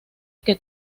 que